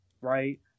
right